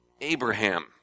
Abraham